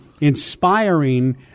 inspiring